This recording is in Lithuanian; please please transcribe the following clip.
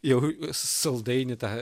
jau saldainį tą